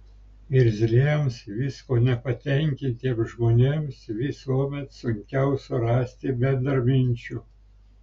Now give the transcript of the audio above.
irzliems viskuo nepatenkintiems žmonėms visuomet sunkiau surasti bendraminčių